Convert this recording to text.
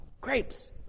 grapes